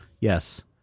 Yes